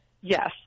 Yes